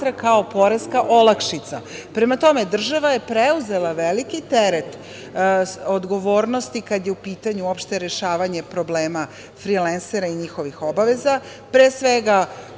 kao poreska olakšica. Prema tome, država je preuzela veliki teret odgovornosti kad je u pitanju opšte rešavanje problema frilensera i njihovih obaveza,